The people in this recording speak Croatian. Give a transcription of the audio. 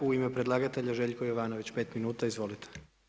U ime predlagatelja Željko Jovanović, 5 min. izvolite.